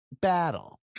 battle